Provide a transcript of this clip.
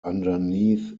underneath